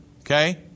Okay